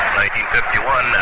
1951